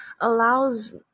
allows